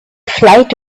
flight